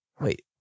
Wait